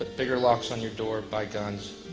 ah bigger locks on your door, buy guns,